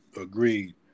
agreed